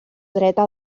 dreta